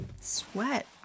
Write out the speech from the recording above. sweat